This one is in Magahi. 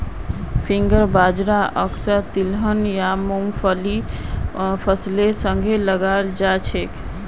फिंगर बाजरा अक्सर तिलहन या मुंगफलीर फसलेर संगे लगाल जाछेक